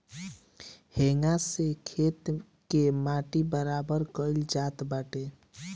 हेंगा से खेत के माटी बराबर कईल जात बाटे